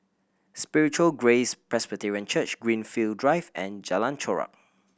Spiritual Grace Presbyterian Church Greenfield Drive and Jalan Chorak